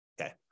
Okay